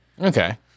Okay